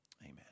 Amen